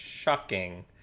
shocking